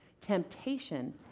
Temptation